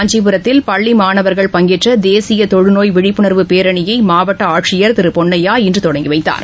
காஞ்சிபுரத்தில் பள்ளி மாணவர்கள் பங்கேற்ற தேசிய தொழுநோய் விழிப்பணர்வு பேரணியை மாவட்ட ஆட்சியர் திரு பொன்னையா இன்று தொடங்கி வைத்தார்